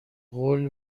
قول